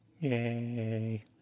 Yay